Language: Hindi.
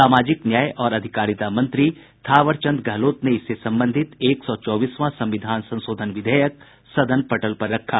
सामाजिक न्याय और अधिकारिता मंत्री थावरचंद गहलोत ने इससे संबंधित एक सौ चौबीसवां संविधान संशोधन विधेयक सदन पटल पर रखा